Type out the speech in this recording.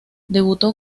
debutó